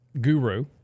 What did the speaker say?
guru